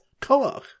Koach